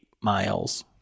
miles